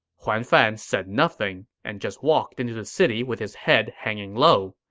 huan fan said nothing, and just walked into the city with his head hanging low.